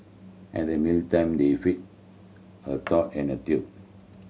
at the meal time they fed her through and a tube